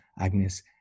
Agnes